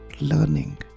learning